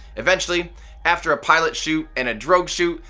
eventually after a pilot chute, and a drogue chute,